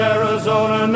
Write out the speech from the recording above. Arizona